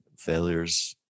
failures